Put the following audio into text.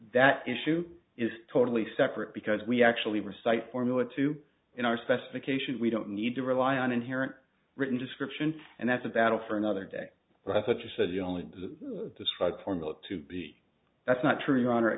that issue is totally separate because we actually recite formula two in our specification we don't need to rely on inherent written description and that's a battle for another day but i thought you said you only described for milk to be that's not true your honor